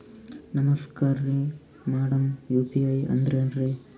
ನಮಸ್ಕಾರ್ರಿ madam UPI ಅಂದ್ರೆನ್ರಿ?